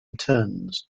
turns